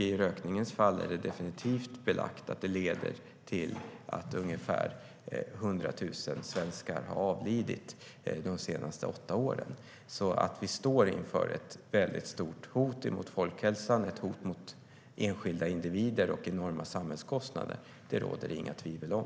I rökningens fall är det definitivt belagt att ungefär 100 000 svenskar har avlidit till följd av rökning de senaste åtta åren. Vi står alltså inför ett stort hot mot folkhälsan. Det är ett hot mot enskilda individer, och det innebär enorma samhällskostnader. Det råder det inga tvivel om.